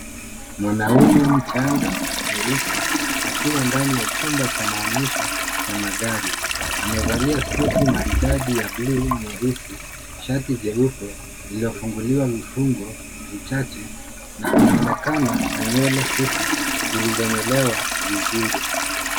Mwanaume mchanga mweusi akiwa ndani ya jumba cha maonyesho cha magari. Amevalia suti maridadi ya buluu , nyeusi shati jeupe lililofunguliwa vifunguo vichache na anaonekana na nywele fupi zilizonyolewa vizuri.